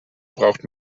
braucht